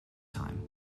time